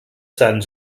sants